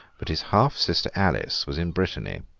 but his half-sister alice was in brittany.